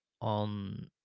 on